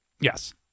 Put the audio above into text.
Yes